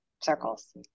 circles